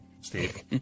Steve